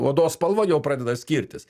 odos spalva jau pradeda skirtis